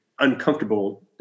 uncomfortable